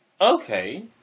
Okay